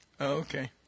Okay